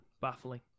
baffling